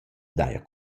daja